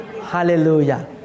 Hallelujah